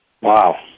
Wow